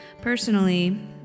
personally